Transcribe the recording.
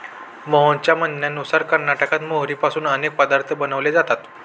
मोहनच्या म्हणण्यानुसार कर्नाटकात मोहरीपासून अनेक पदार्थ बनवले जातात